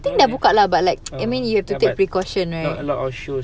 I think dah buka lah but like I mean you have to take precaution right